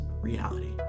reality